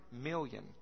million